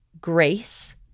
grace